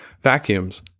Vacuums